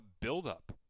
buildup